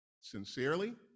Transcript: sincerely